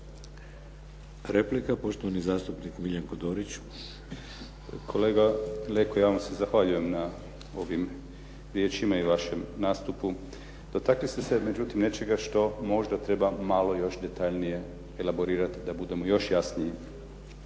Replika, poštovani zastupnik Miljenko Dorić. **Dorić, Miljenko (HNS)** Kolega Leko, ja vam se zahvaljujem na ovim riječima i vašem nastupu. Dotakli ste se međutim nečega što možda treba malo detaljnije elaborirati da budemo još jasniji.